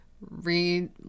read